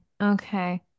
Okay